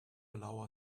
allow